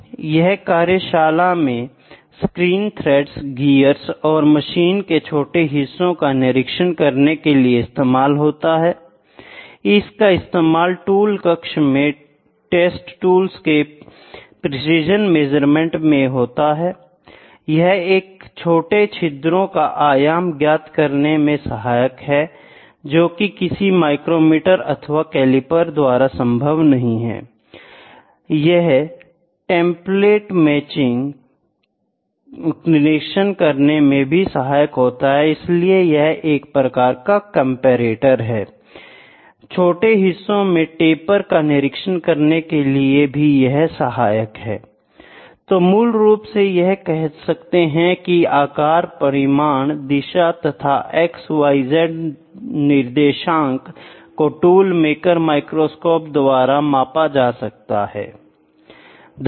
• यह कार्यशाला में स्क्रीन थ्रेड्स गियर और मशीन के छोटे हिस्सों का निरीक्षण करने के लिए इस्तेमाल होता है I • इसका इस्तेमाल टूल कक्ष में टेस्ट टूल्स के प्रेसीजन मेजरमेंट में होता है I • यह है छोटे छिद्रों का आयाम ज्ञात करने में सहायक है जोकि किसी माइक्रोमीटर अथवा कैलिपर द्वारा संभव नहीं है I • यह है टेंप्लेट मैचिंग निरीक्षण करने में सहायक होता है इसलिए यह एक प्रकार का कंपैरेटर है I • छोटे हिस्सों में टेपर का निरीक्षण करने में भी यह सहायक होता है I तो मूल रूप से यह कह सकते हैं की आकार परिमाण दिशा तथा XYZ निर्देशांक को टूल मेकर माइक्रोस्कोप द्वारा मापा जा सकता है I